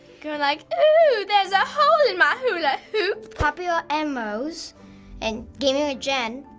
they're like, ooh, there's a hole in my hula hoop. popularmmos and gamingwithjen.